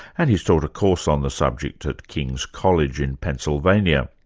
and he's taught a course on the subject at king's college in pennsylvania.